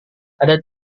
ada